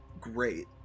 Great